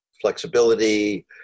flexibility